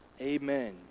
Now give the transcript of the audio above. Amen